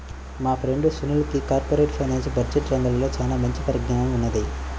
మా ఫ్రెండు సునీల్కి corporate finance, budget రంగాల్లో చానా మంచి పరిజ్ఞానం ఉన్నది